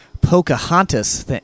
Pocahontas